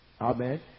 Amen